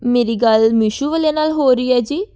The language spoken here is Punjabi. ਮੇਰੀ ਗੱਲ ਮੀਸ਼ੋ ਵਾਲਿਆ ਨਾਲ ਹੋ ਰਹੀ ਹੈ ਜੀ